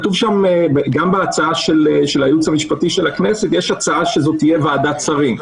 גם בהצעה של הייעוץ המשפטי של הכנסת יש הצעה שזאת תהיה ועדת שרים,